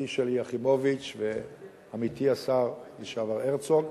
שלי יחימוביץ ועמיתי השר לשעבר הרצוג,